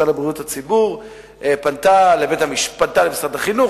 אל משרד החינוך,